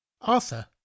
Arthur